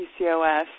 PCOS –